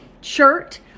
shirt